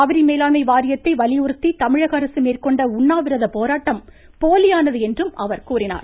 காவிரி மேலாண்மை வாரியத்தை வலியுறுத்தி தமிழக அரசு மேற்கொண்ட உண்ணாவிரத போராட்டம் போலியானது என்றும் அவர் கூறினார்